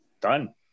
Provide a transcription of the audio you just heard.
done